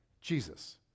Jesus